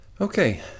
Okay